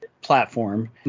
platform